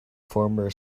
former